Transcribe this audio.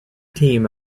team